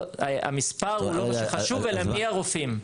המספר הוא לא מה שחשוב אלא מי הרופאים.